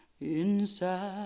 inside